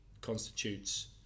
constitutes